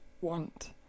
want